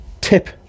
tip